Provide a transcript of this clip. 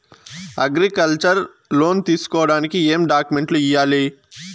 Agriculture loan తీసుకోడానికి ఏం డాక్యుమెంట్లు ఇయ్యాలి?